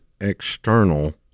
external